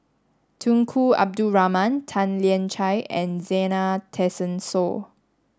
Tunku Abdul Rahman Tan Lian Chye and Zena Tessensohn